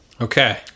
Okay